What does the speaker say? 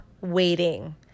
waiting